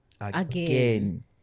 again